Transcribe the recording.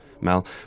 Mel